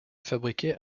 fabriqués